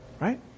Right